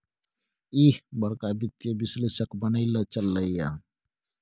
ईह बड़का वित्तीय विश्लेषक बनय लए चललै ये